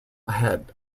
ahead